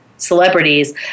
celebrities